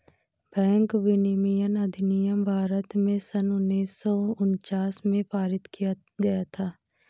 bank विनियमन अधिनियम भारत में सन उन्नीस सौ उनचास में पारित किया गया था